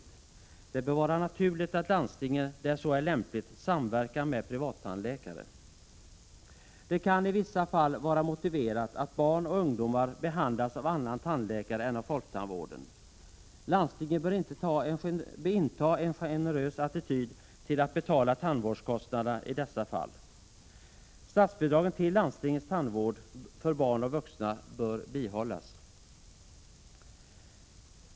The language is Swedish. Det bör vara naturligt att 17 december 1986 landstingen, där så är lämpligt, samverkar med privattandläkare. Det kan i vissa fall vara motiverat att barn och ungdomar behandlas av annan tandläkare än av tandläkare inom folktandvården. Landstingen bör inta en generös attityd till att betala tandvårdskostnaden i dessa fall. Statsbidraget till landstingens tandvård för barn och vuxna bör bibehållas.